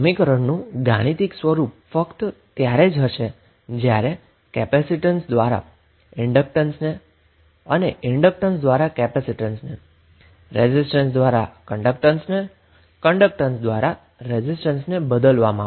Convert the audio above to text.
સમીકરણનું ગાણિતિક સ્વરૂપ ફક્ત ત્યારે જ સમાન હશે જ્યારે કેપેસિટેન્સ દ્વારા ઇન્ડક્ટન્સને ઇન્ડક્ટન્સ દ્વારા કેપેસીટન્સને રેઝિસ્ટન્સ દ્વારા કન્ડક્ટન્સ ને કન્ડક્ટન્સ દ્વારા રેઝિસ્ટન્સને બદલવામાં આવે